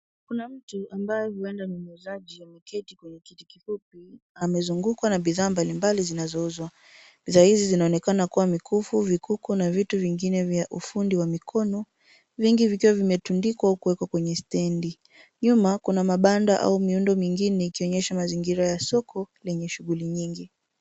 Kuna mtu ambaye huenda ni muuzaji ameketi kwenye kiti kifupi amezungukwa na bidhaa mbalimbali zinazouzwa. Bidhaa hizi zinaonekana kuwa mikufu, vikuku na vitu vingine vya ufundi wa mikono. Vingi vikiwa vimetandikwa au kuwekwa kwenye stendi .Nyuma kuna mabanda au miundo mingine ikionyesha mazingira ya soko lenye shughuli nyingi.